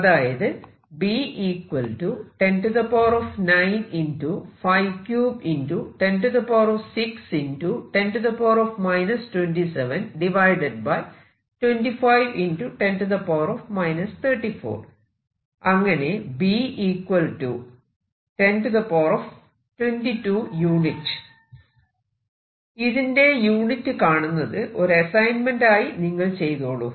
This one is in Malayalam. അതായത് അങ്ങനെ B ≈ 1022 യൂണിറ്റ് ഇതിന്റെ യൂണിറ്റ് കാണുന്നത് ഒരു അസൈൻമെന്റ് ആയി നിങ്ങൾ ചെയ്തോളൂ